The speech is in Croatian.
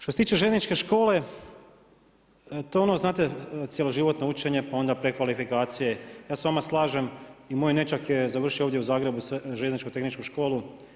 Što se tiče željezničke škole, to je ono znate, cjeloživotno učenje, pa onda prekvalifikacije, ja se s vama slažem i moj nećak je završio ovdje u Zagrebu željeznički tehničku školu.